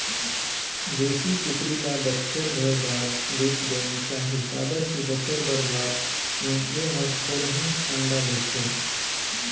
देसी कुकरी ल बच्छर भर बाद बेच देना चाही काबर की बच्छर भर बाद में ए हर थोरहें अंडा देथे